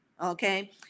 Okay